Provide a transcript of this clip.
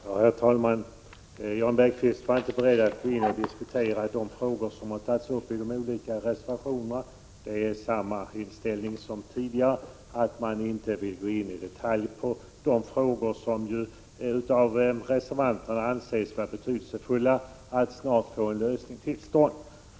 Herr talman! Jan Bergqvist var inte beredd att gå in och diskutera de frågor som har tagits upp i de olika reservationerna. Det är samma inställning som tidigare, att man inte vill gå in i detalj på de frågor som reservanterna anser det vara betydelsefullt att snart få till stånd en lösning på.